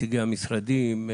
נציגי המשרדים,